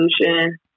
solution